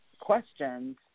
questions